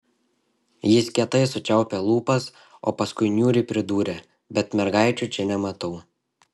jis kietai sučiaupė lūpas o paskui niūriai pridūrė bet mergaičių čia nematau